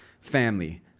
family